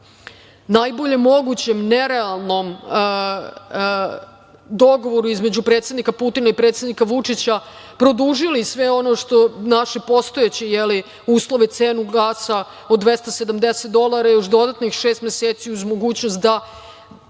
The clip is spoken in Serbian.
najboljem mogućem nerealnom dogovoru između predsednika Putina i predsednika Vučića, produžili sve ono što naše postojeće uslove, cenu gasa, od 270 dolara još dodatnih šest meseci, uz mogućnost da